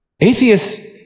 Atheists